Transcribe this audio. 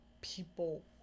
people